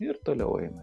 ir toliau eina